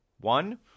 One